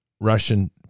Russian